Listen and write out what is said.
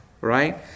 right